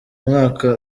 mwaka